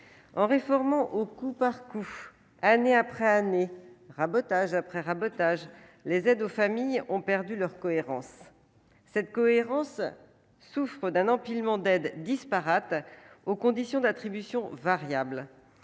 en réformant au coup par coup, année après année, rabotage après rabotage les aides aux familles ont perdu leur cohérence cette cohérence souffre d'un empilement d'aide disparates aux conditions d'attribution, variables,